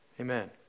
Amen